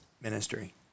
ministry